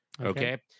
Okay